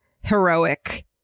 heroic